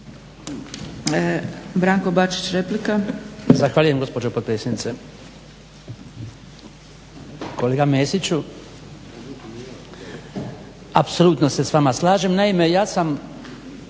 Branko (HDZ)** Zahvaljujem gospođo potpredsjednice. Kolega Mesiću apsolutno se s vama slažem. Naime, ja sam